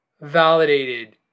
validated